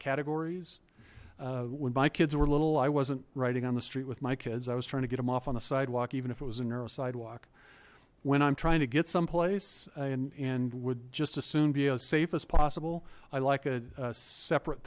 categories when my kids were little i wasn't riding on the street with my kids i was trying to get him off on the sidewalk even if it was a neuro sidewalk when i'm trying to get someplace and and would just as soon be as safe as possible i like a separate